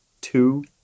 two